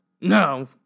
no